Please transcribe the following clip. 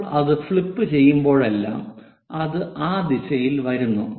നമ്മൾ അത് ഫ്ലിപ്പുചെയ്യുമ്പോഴെല്ലാം അത് ആ ദിശയിൽ വരുന്നു